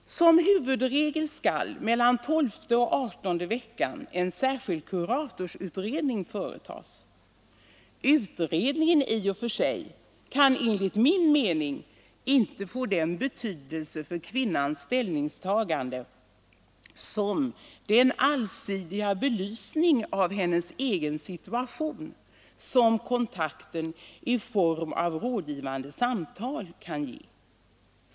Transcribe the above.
Som huvudregel skall mellan tolfte och adertonde veckan en särskild kuratorsutredning företas. Utredningen i och för sig kan enligt min mening inte få den betydelse för kvinnans ställningstagande som den allsidiga belysning av hennes egen situation som kontakten i form av rådgivande samtal kan ge.